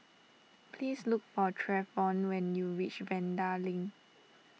please look for Treyvon when you reach Vanda Link